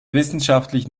wissenschaftlich